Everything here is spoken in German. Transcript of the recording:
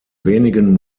wenigen